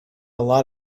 lot